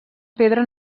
pedra